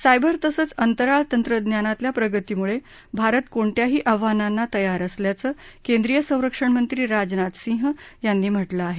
cyber तसंच अंतराळ तंत्रज्ञानातल्या प्रगतीमुळे भारत कोणत्याही आव्हानांना तयार असल्याचं केंद्रीय संरक्षणमंत्री राजनाथ सिंह यांनी म्हटलं आहे